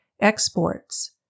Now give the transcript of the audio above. Exports